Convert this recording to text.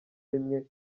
rimwe